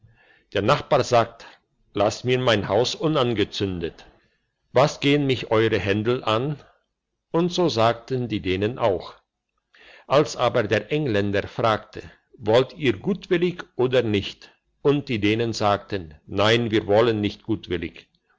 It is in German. der nachbar sagt lass mir mein haus unangezündet was gehn mich eure händel an und so sagten die dänen auch als aber der engländer fragte wollt ihr gutwillig oder nicht und die dänen sagten nein wir wollen nicht gutwillig